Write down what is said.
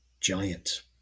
giant